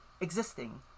existing